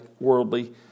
worldly